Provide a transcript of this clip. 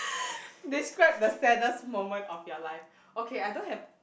describe the saddest moment of your life okay I don't have